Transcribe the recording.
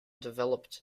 developed